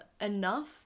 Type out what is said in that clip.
enough